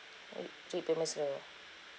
uh three payments in a row